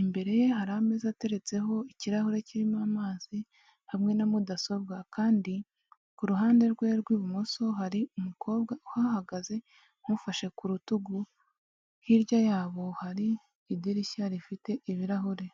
imbere ye hari ameza ateretseho ikirahure kirimo amazi hamwe na mudasobwa kandi ku ruhande rwe rw'ibumoso hari umukobwa uhahagaze umufashe ku rutugu, hirya yabo hari idirishya rifite ibirahuri.